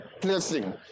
placing